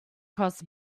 cross